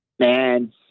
Man